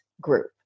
group